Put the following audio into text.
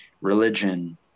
religion